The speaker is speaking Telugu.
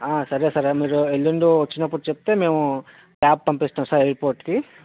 సరే సరే మీరు ఎల్లుండ వచ్చినప్పుడు చెప్తే మేము క్యాబ్ పంపిస్తాం సార్ ఎయిర్పోర్ట్కి